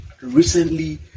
recently